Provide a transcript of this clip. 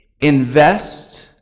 invest